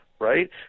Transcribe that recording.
right